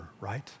right